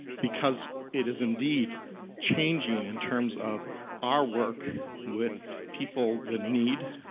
because it is indeed changing in terms of our work with people, the need.